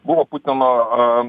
buvo putino